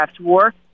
war